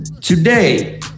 Today